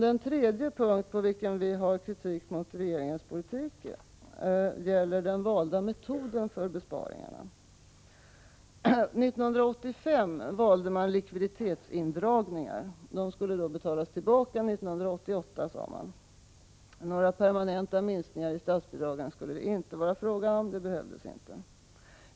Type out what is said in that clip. Den tredje punkt på vilken vi har kritik mot regeringens politik gäller den valda metoden för besparingarna. 1985 valde man likviditetsindragningar. De skulle betalas tillbaka 1988, sade man. Några permanenta minskningar i statsbidragen skulle det inte vara fråga om. Det behövdes inte.